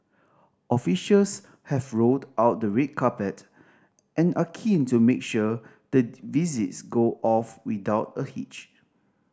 officials have rolled out the red carpet and are keen to make sure the visits go off without a hitch